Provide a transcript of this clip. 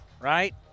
right